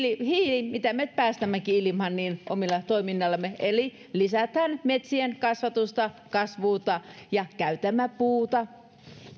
hiili mitä me päästämme ilmaan omalla toiminnallamme eli lisätään metsien kasvatusta kasvua ja käytetään puuta